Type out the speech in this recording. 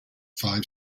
five